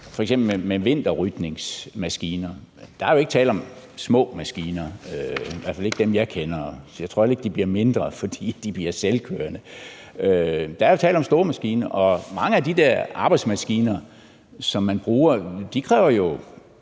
f.eks. med vinterrydningsmaskiner, og der er jo ikke tale om små maskiner, i hvert fald ikke dem, jeg kender til, og jeg tror heller ikke, at de bliver mindre, fordi de bliver selvkørende. Der er jo tale om store maskiner, og mange af de der arbejdsmaskiner, som man bruger, kræver jo